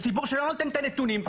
זה ציבור שלא נותן את הנתונים.